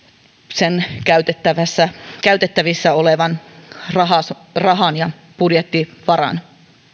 sen käytettävissä käytettävissä olevan rahan rahan ja budjettivaran